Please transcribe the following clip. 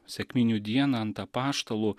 sekminių dieną ant apaštalų